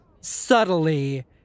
subtly